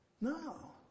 No